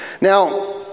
Now